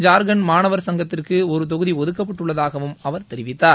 ஜார்க்கண்ட் மாணவர் சங்கத்திற்கு ஒரு தொகுதி ஒதுக்கப்பட்டுள்ளதாகவும் அவர் தெரிவித்தார்